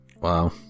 Wow